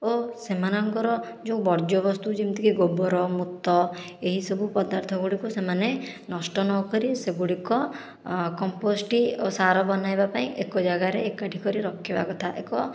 ଓ ସେମାନଙ୍କର ଯେଉଁ ବର୍ଜ୍ୟ ବସ୍ତୁ ଯେମିତିକି ଗୋବର ମୂତ ଏହିସବୁ ପଦାର୍ଥ ଗୁଡ଼ିକୁ ସେମାନେ ନଷ୍ଟ ନ କରି ସେ ଗୁଡ଼ିକ କମ୍ପୋଷ୍ଟ ଓ ସାର ବନାଇବାପାଇଁ ଏକ ଜାଗାରେ ଏକାଠି କରି ରଖିବା କଥା ଏକ